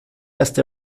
erste